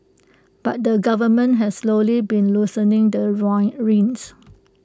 but the government has slowly been loosening the reins